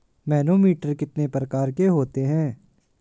Manometer कितने प्रकार के होते हैं?